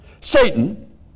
Satan